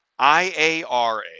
IARA